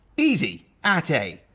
easy, at a.